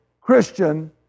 Christian